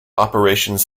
operations